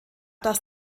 dass